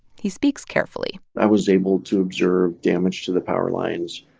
he speaks carefully i was able to observe damage to the power lines,